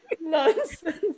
Nonsense